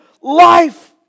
life